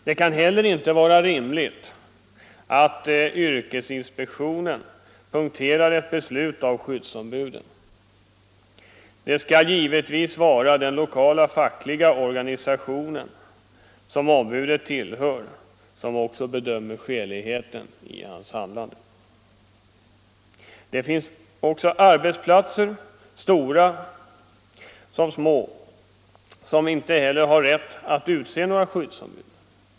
Det kan heller inte vara rimligt att yrkesinspektionen punkterar ett beslut av skyddsombuden. Det skall givetvis vara den lokala fackliga organisationen, som ombudet tillhör, som också bedömer skäligheten i hans handlande. Det finns arbetsplatser, stora och små, som inte har rätt att utse några skyddsombud.